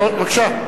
בבקשה.